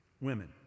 women